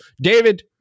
David